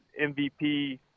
MVP